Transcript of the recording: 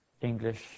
English